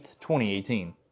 2018